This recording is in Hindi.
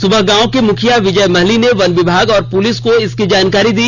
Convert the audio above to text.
सुबह गांव मुखिया विजय महली ने वन विभाग और पुलिस को इसकी जानकारी दी